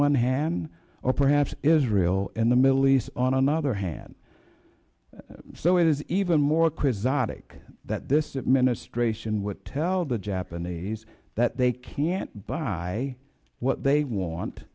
one hand or perhaps israel in the middle east on another hand so it is even more quiz otic that this administration would tell the japanese that they can't buy what they want